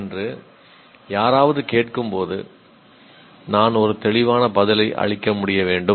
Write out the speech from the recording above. என்று யாராவது கேட்கும்போது நான் ஒரு தெளிவான பதிலை அளிக்க முடிய வேண்டும்